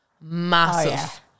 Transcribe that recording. massive